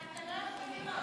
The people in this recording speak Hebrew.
אתה יכול להצביע.